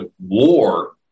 war